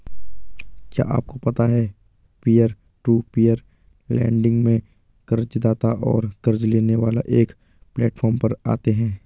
क्या आपको पता है पीयर टू पीयर लेंडिंग में कर्ज़दाता और क़र्ज़ लेने वाला एक प्लैटफॉर्म पर आते है?